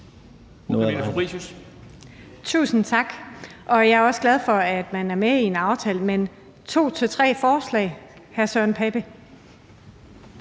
Tusind tak. Jeg er også glad for, at man er med i en aftale, men kan hr. Søren Pape